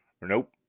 Nope